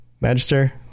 magister